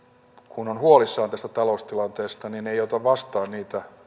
on huolissaan tästä taloustilanteesta hän ei ota vastaan niitä